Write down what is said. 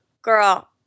girl